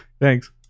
Thanks